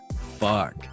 Fuck